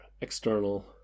external